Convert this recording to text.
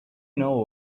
know